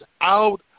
out